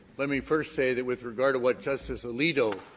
let me first say that with regard to what justice alito